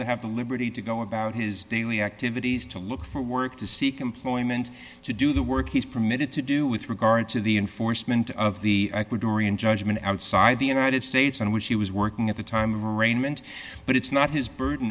to have the liberty to go about his daily activities to look for work to seek employment to do the work he's permitted to do with regard to the enforcement of the ecuadorian judgment outside the united states in which he working at the time of arraignment but it's not his burden